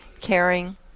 caring